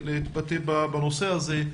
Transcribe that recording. להתבטא בנושא הזה.